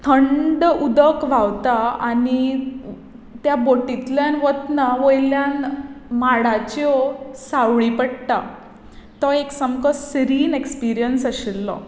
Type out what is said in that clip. थंड उदक व्हांवता आनी त्या बोटींतल्यान वतना वयल्यान माडाच्यो सावळी पडटा तो एक सामको श्रीन एक्सपिरियन्स आशिल्लो